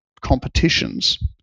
competitions